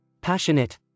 Passionate